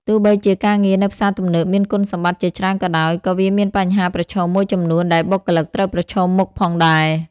ទោះបីជាការងារនៅផ្សារទំនើបមានគុណសម្បត្តិជាច្រើនក៏ដោយ ក៏វាមានបញ្ហាប្រឈមមួយចំនួនដែលបុគ្គលិកត្រូវប្រឈមមុខផងដែរ។